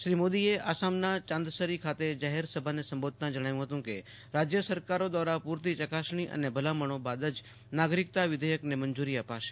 શ્રી મોદી આસામના ચાંદસરી ખાતે જાહેર સભાને સંબોધતાં જણાવ્યુ ફતું કે રાજ્ય સરકારો દ્વારા પૂરતી ચકાસણી અને ભલામણો બાદ જ નાગરિકતા વિધેયકને મંજુરી અપાશે